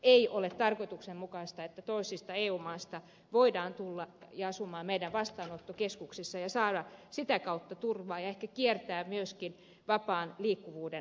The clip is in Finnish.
ei ole tarkoituksenmukaista että toisista eu maista voidaan tulla asumaan meidän vastaanottokeskuksissamme ja saada sitä kautta turvaa ja ehkä kiertää myöskin vapaan liikkuvuuden säännöksiä